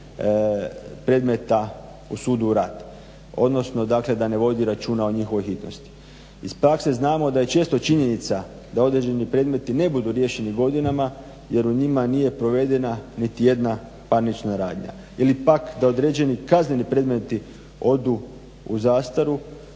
predmeta u sudu rad, odnosno da ne vodi računa o njihovoj hitnosti. Iz prakse znamo da je često činjenica da određeni predmeti ne budu riješeni godinama jer u njima nije provedena niti jedna parnična radnja ili pak da određeni kazneni predmeti odu u zastaru